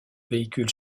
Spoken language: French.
véhicule